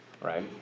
Right